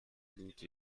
gute